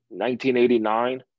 1989